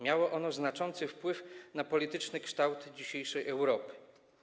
Miało ono znaczący wpływ na polityczny kształt dzisiejszej Europy.